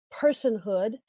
personhood